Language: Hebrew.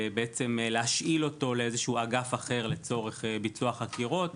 ולהשאיל אותו לאיזשהו אגף אחר לצורך ביצוע של חקירות.